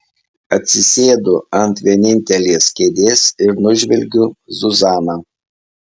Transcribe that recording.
atsisėdu ant vienintelės kėdės ir nužvelgiu zuzaną